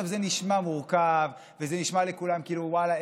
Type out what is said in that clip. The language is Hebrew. זה נשמע מורכב וזה נשמע לכולם כאילו: ואללה,